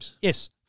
Yes